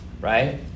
right